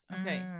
okay